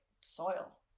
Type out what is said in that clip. soil